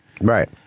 Right